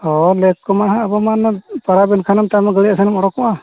ᱦᱳᱭ ᱞᱮᱠ ᱠᱚᱢᱟ ᱦᱟᱜ ᱟᱵᱚ ᱢᱟ ᱯᱟᱨᱟᱵᱽ ᱮᱱᱠᱷᱟᱱ ᱛᱟᱭᱚᱢ ᱫᱚ ᱜᱟᱹᱲᱤ ᱟᱥᱮᱱᱮᱢ ᱩᱰᱩᱠᱚᱜᱼᱟ